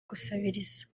gusabiriza